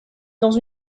dans